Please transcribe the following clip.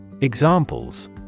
Examples